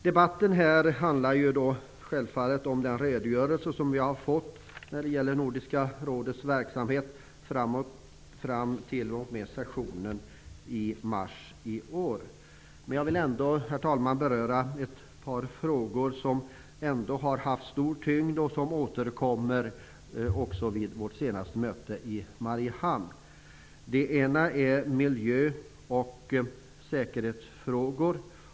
Debatten här handlar självfallet om den redogörelse som vi har fått när det gäller Nordiska rådets verksamhet fram t.o.m. sessionen i mars i år. Jag vill ändå beröra ett par frågor som har haft stor tyngd och som återkom också vid vårt senaste möte i Mariehamn. För det första gäller det miljö och säkerhetsfrågor.